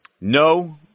No